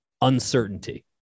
uncertainty